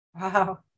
Wow